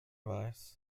weiß